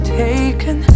taken